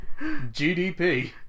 GDP